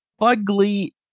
ugly